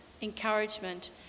encouragement